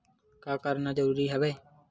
का करना जरूरी हवय?